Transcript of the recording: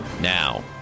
now